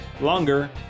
longer